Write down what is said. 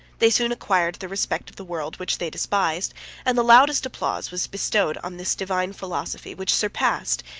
they soon acquired the respect of the world, which they despised and the loudest applause was bestowed on this divine philosophy, which surpassed,